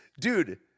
dude